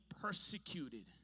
persecuted